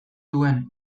duen